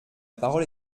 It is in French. parole